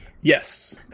Yes